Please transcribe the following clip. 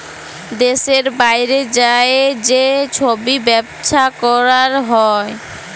দ্যাশের বাইরে যাঁয়ে যে ছব ব্যবছা ক্যরা হ্যয়